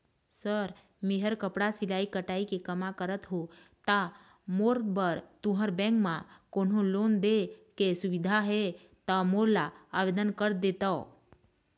Sir मेहर कपड़ा सिलाई कटाई के कमा करत हों ता मोर बर तुंहर बैंक म कोन्हों लोन दे के सुविधा हे ता मोर ला आवेदन कर देतव?